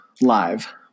live